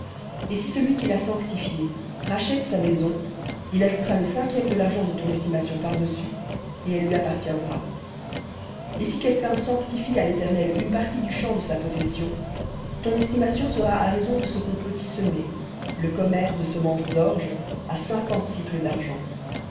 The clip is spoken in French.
et si celui qui l'a sanctifiée rachète sa maison il ajoutera le cinquième de l'argent de ton estimation par-dessus et elle lui appartiendra et si quelqu'un sanctifie à l'éternel une partie du champ de sa possession ton estimation sera à raison de ce qu'on peut y semer le khomer de semence d'orge à cinquante sicles d'argent